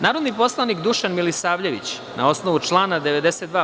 Narodni poslanik Dušan Milisavljević, na osnovu člana 92.